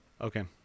Okay